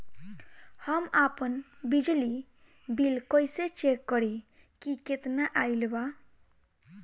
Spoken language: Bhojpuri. हम आपन बिजली बिल कइसे चेक करि की केतना आइल बा?